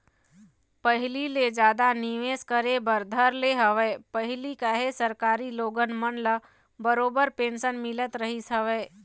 पहिली ले जादा निवेश करे बर धर ले हवय पहिली काहे सरकारी लोगन मन ल बरोबर पेंशन मिलत रहिस हवय